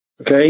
Okay